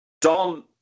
Don